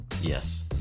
Yes